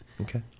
Okay